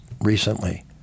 recently